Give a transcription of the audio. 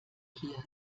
hier